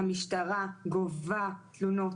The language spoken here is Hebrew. היא קריטית אבל אין לה יכולת לעשות את כל מה שהיא נועדה לעשות.